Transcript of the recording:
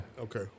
okay